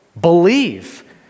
believe